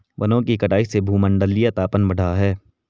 वनों की कटाई से भूमंडलीय तापन बढ़ा है